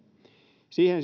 siihen